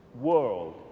world